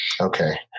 okay